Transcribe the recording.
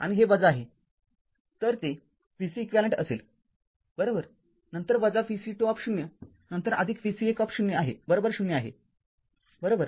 तरते v c eq असेलबरोबर नंतर vC२ नंतर vC१ ० आहेबरोबर